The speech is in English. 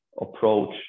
approach